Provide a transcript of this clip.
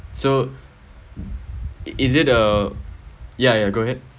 so is it uh yeah yeah go ahead